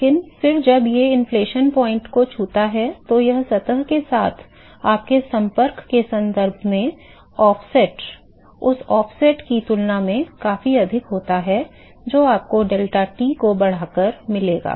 लेकिन फिर जब यह इन्फ्लेक्शन पॉइंट को छूता है तो सतह के साथ आपके संपर्क के संदर्भ में ऑफ़सेट उस ऑफ़सेट की तुलना में काफी अधिक होता है जो आपको डेल्टा टी को बढ़ाकर मिलेगा